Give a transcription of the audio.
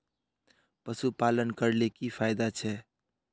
पशुपालन करले की की फायदा छे?